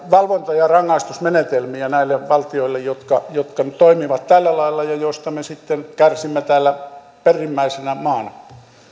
valvonta ja rangaistusmenetelmiä näille valtioille jotka jotka nyt toimivat tällä lailla mistä me sitten kärsimme täällä perimmäisenä maana